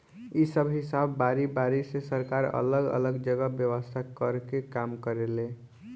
इ सब हिसाब बारी बारी से सरकार अलग अलग जगह व्यवस्था कर के काम करेले